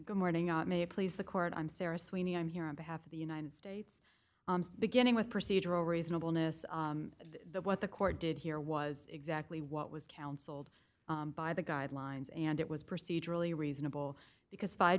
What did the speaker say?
good morning at may please the court i'm sarah sweeney i'm here on behalf of the united states beginning with procedural reasonable miss the what the court did here was exactly what was counseled by the guidelines and it was procedurally reasonable because